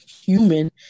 human